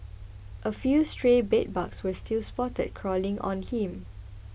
a few stray bedbugs were still spotted crawling on him